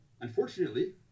unfortunately